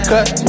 Cut